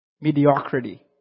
mediocrity